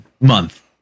month